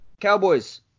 Cowboys